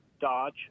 Dodge